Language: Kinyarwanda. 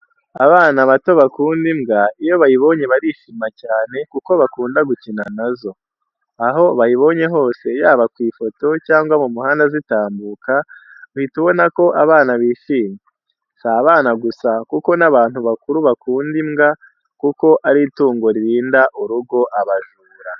Abana bato bakunda imbwa, iyo bayibonye barishima cyane kuko bakunda gukina na zo. Aho bayibonye hose yaba ku ifoto, cyangwa mu muhanda zitambuka, uhita ubona ko abana bishimye. Si abana gusa kuko n'abantu bakuru bakunda imbwa kuko ari itungo ririnda urugo abajura.